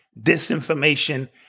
disinformation